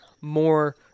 more